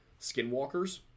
skinwalkers